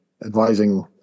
advising